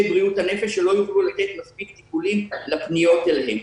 בריאות הנפש שלא יוכלו לתת מספיק טיפולים לפניות אליהם.